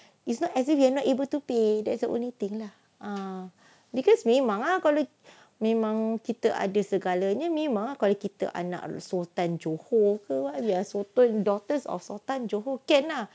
is not as if you are not able to pay that's the only thing lah ah because memang ah kalau memang kita ada segalanya memang ah kalau kita anak anak sultan johor ke daughters sultan daughters of sultan johor can lah